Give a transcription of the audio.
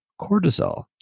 cortisol